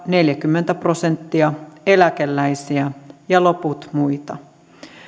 neljäkymmentä prosenttia eläkeläisiä ja loput muita